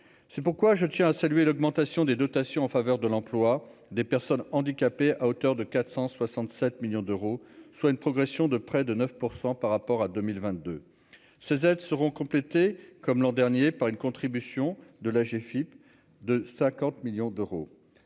c'est pourquoi je tiens à saluer l'augmentation des dotations en faveur de l'emploi des personnes handicapées à hauteur de 467 millions d'euros, soit une progression de près de 9 % par rapport à 2022 ces aides seront complétés comme l'an dernier par une contribution de l'Agefip de 50 millions d'euros,